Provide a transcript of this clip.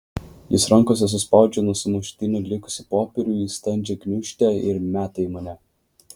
jis rankose suspaudžia nuo sumuštinio likusį popierių į standžią gniūžtę ir meta į mane